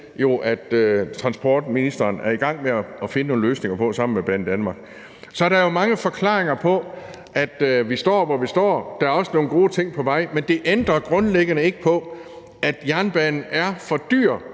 at transportministeren er i gang med at finde nogle løsninger på sammen med Banedanmark. Så der er jo mange forklaringer på, at vi står, hvor vi står, og der er også nogle gode ting på vej, men det ændrer grundlæggende ikke på, at jernbanen er for dyr